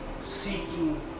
seeking